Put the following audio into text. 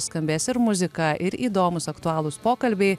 skambės ir muzika ir įdomūs aktualūs pokalbiai